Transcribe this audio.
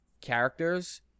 characters